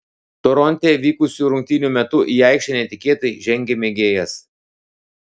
toronte vykusių rungtynių metu į aikštę netikėtai žengė mėgėjas